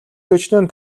төчнөөн